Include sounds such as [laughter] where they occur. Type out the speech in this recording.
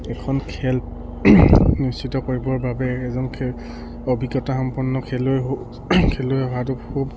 এখন খেল নিশ্চিত কৰিবৰ বাবে এজন অভিজ্ঞতা সম্পন্ন খেলুৱৈ [unintelligible] খেলুৱৈ হোৱাটো খুব